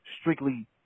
strictly